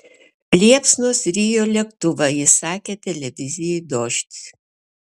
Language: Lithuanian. liepsnos rijo lėktuvą ji sakė televizijai dožd